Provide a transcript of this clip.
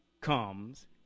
comes